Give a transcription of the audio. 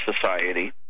society